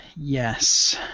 Yes